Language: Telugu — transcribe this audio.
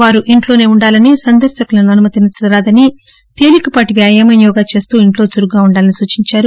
వారు ఇంట్లోనే ఉండాలని సందర్రకులను అనుమతించరాదని తేలికపాటి వ్యాయామం యోగా చేస్తూ ఇంట్లో చురుగ్గా ఉండాలని సూచించారు